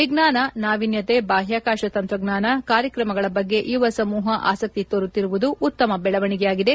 ವಿಜ್ಞಾನ ನಾವೀನ್ಯತೆ ಬಾಹ್ಕಾಕಾಶ ತಂತ್ರಜ್ಞಾನ ಕಾರ್ಯಕ್ರಮಗಳ ಬಗ್ಗೆ ಯುವ ಸಮೂಹ ಆಸಕ್ತಿ ತೋರುತ್ತಿರುವುದು ಉತ್ತಮ ಬೆಳವಣಿಗೆಯಾಗಿದೆ